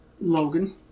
Logan